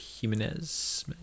Jimenez